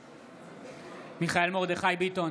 בעד מיכאל מרדכי ביטון,